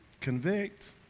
Convict